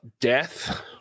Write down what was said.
Death